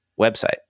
website